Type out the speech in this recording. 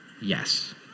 yes